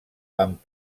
amb